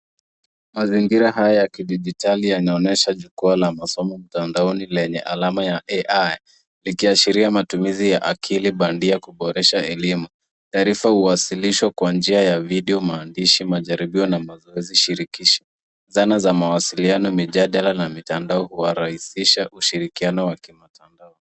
Mazingira haya ya kidijitali yanaonyesha jukwaa la masomo mtandaoni lenye alama ya AI likiashiria matumizi ya akili bandia kuboresha elimu. Taarifa huwasilishwa kwa njia ya video maandishi, majaribio na mazoezi shirikishi. Zana za mawasiliano mijadala na mitandao urahisisha ushirikiano wa kimtandao.